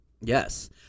Yes